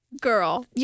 girl